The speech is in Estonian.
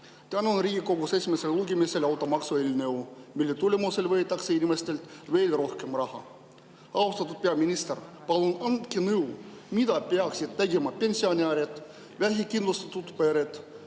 Täna on Riigikogus esimesel lugemisel automaksu eelnõu, millega võetakse inimestelt veel rohkem raha. Austatud peaminister, palun andke nõu, mida peaksid tegema pensionärid, vähekindlustatud pered,